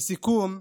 לסיכום,